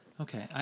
Okay